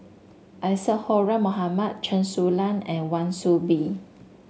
Isadhora Mohamed Chen Su Lan and Wan Soon Bee